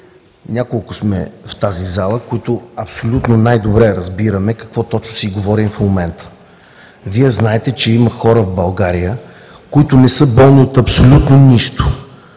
Няколко сме в тази зала, които абсолютно най-добре разбираме, какво точно си говорим в момента. Вие знаете, че има хора в България които не са болни от абсолютно нищо